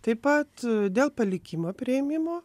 taip pat dėl palikimo priėmimo